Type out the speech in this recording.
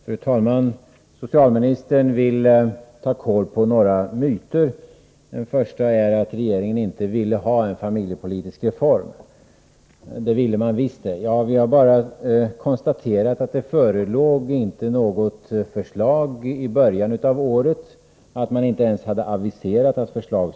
Fru talman! Socialministern vill ta kål på några myter. Den första är att regeringen inte ville ha en familjepolitisk reform. Det ville den visst, säger Sten Andersson. Vi konstaterade bara att det inte förelåg något förslag i början av året — regeringen hade inte ens aviserat något förslag.